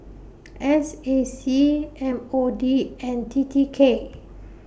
S A C M O D and T T K